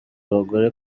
abagore